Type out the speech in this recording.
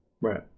Right